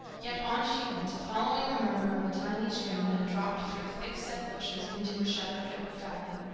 yet on she went, following the murmur of a tiny stream that dropped through thick-set bushes into a shadowed valley.